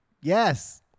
Yes